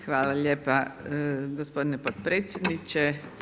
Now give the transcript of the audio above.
Hvala lijepa gospodine potpredsjedniče.